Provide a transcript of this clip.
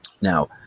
Now